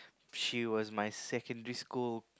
she was my secondary school